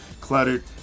cluttered